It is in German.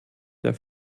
der